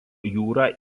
jūrą